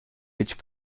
which